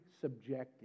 subjective